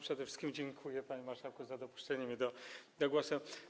Przede wszystkim dziękuję, panie marszałku, za dopuszczenie mnie do głosu.